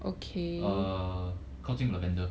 uh 靠近 lavender